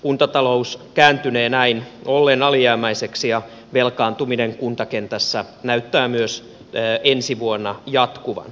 kuntatalous kääntynee näin ollen alijäämäiseksi ja velkaantuminen kuntakentässä näyttää myös ensi vuonna jatkuvan